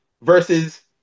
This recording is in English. versus